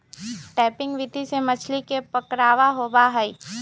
trapping विधि से मछली के पकड़ा होबा हई